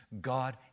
God